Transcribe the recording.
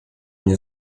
nie